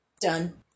done